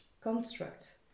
construct